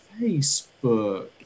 Facebook